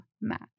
match